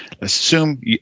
assume